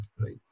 right